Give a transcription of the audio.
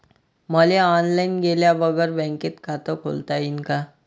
मले ऑनलाईन गेल्या बगर बँकेत खात खोलता येईन का?